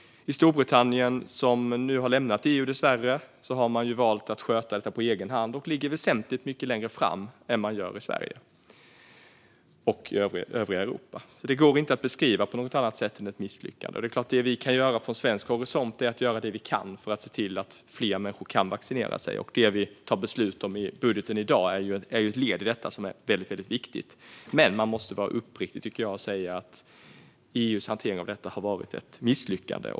I Storbritannien, som nu dessvärre har lämnat EU, har man valt att sköta detta på egen hand, och man ligger väsentligt mycket längre fram än vad man gör i Sverige och i övriga Europa. Det går inte att beskriva på något annat sätt än som ett misslyckande. Det vi kan göra från svensk horisont är att göra det vi kan för att se till att fler människor kan vaccinera sig. Det vi fattar beslut om i budgeten i dag är ett led i detta som är väldigt viktigt. Men måste vara uppriktig och säga att EU:s hantering av detta har varit ett misslyckande.